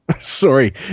Sorry